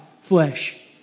flesh